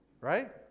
Right